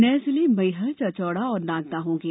नये जिले मैहर चाचौड़ा और नागदा होंगे